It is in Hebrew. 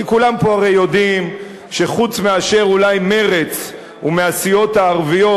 כי כולם פה הרי יודעים שאולי חוץ ממרצ ומהסיעות הערביות,